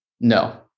No